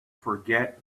forget